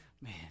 Man